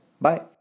Bye